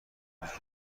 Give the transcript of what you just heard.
روزی